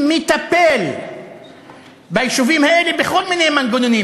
מטפל ביישובים האלה בכל מיני מנגנונים.